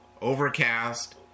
overcast